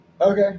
Okay